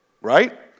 Right